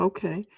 Okay